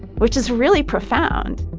which is really profound